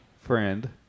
Friend